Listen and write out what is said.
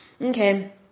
Okay